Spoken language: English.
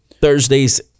Thursdays